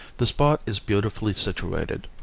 the spot is beautifully situated,